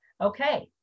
Okay